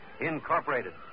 Incorporated